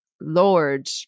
Lord